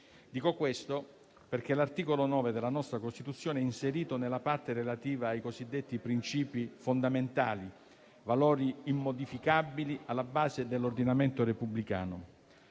questo perché l'articolo 9 della nostra Costituzione è inserito nella parte relativa ai cosiddetti principi fondamentali, valori immodificabili alla base dell'ordine repubblicano.